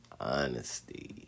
honesty